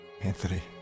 Anthony